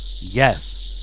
Yes